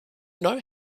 know